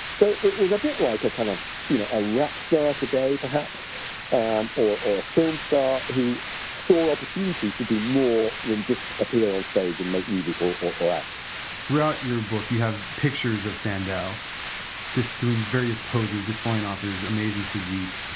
so it was a bit like a kind of you know a rock star today perhaps and or a film star who saw opportunities to be more than just appear on stage and make musical or act throughout your book you have pictures of sandow just doing various poses, displaying off his amazing physic.